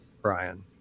Brian